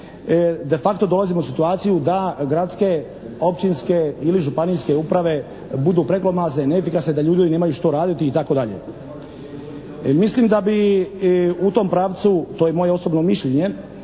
de facto dolazimo u situaciju da gradske, općinske ili županijske uprave budu preglomazne, neefikasne da ljudi nemaju što raditi itd. Mislim da bi u tom pravcu, to je moje osobno mišljenje,